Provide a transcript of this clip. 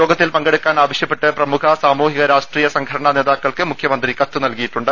യോഗത്തിൽ പങ്കെടുക്കാൻ ആവശ്യപ്പെട്ട് പ്രമുഖ സാമൂഹിക രാഷ്ട്രീയ സംഘടനാ നേതാക്കൾക്ക് മുഖ്യമന്ത്രി കത്ത് നൽകിയിട്ടുണ്ട്